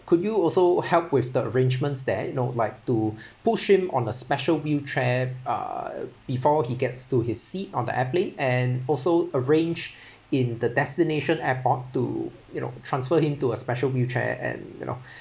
could you also help with the arrangements that you know like to push him on a special wheelchair uh before he gets to his seat on the airplane and also arrange in the destination airport to you know transfer him to a special wheelchair and you know